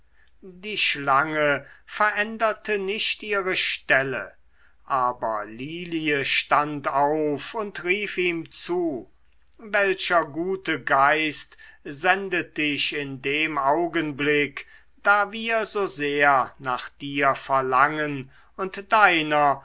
die schlange veränderte nicht ihre stelle aber die lilie stand auf und rief ihm zu welcher gute geist sendet dich in dem augenblick da wir so sehr nach dir verlangen und deiner